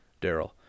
Daryl